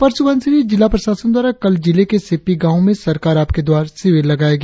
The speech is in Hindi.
अपर सुबनसिरी जिला प्रशासन द्वारा कल जिले के सिप्पी गाँव में सरकार आपके द्वार शिविर लगाया गया